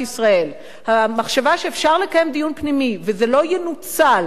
המחשבה שאפשר לקיים דיון פנימי וזה לא ינוצל בחוץ,